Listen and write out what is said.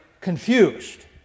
confused